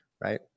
right